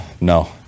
No